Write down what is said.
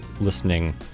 listening